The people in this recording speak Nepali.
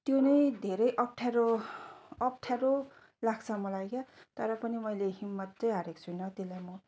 त्यो नै धेरै अप्ठ्यारो अप्ठ्यारो लाग्छ मलाई क्या तर पनि मैले हिम्मत चाहिँ हारेको छुइनँ त्यसलाई म